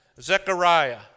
Zechariah